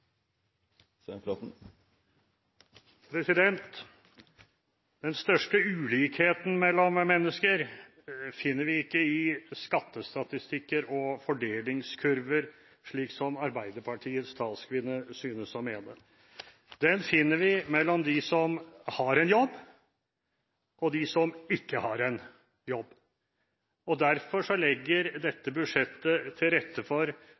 Den største ulikheten mellom mennesker finner vi ikke i skattestatistikker og fordelingskurver, slik Arbeiderpartiets talskvinne synes å mene. Den finner vi mellom dem som har en jobb, og dem som ikke har en jobb. Derfor legger dette budsjettet til rette for